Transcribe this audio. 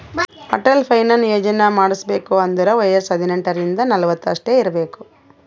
Atal pension Yojana ಮಾಡುಸ್ಬೇಕ್ ಅಂದುರ್ ವಯಸ್ಸ ಹದಿನೆಂಟ ರಿಂದ ನಲ್ವತ್ ಅಷ್ಟೇ ಇರ್ಬೇಕ್